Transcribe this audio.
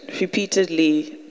repeatedly